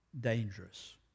dangerous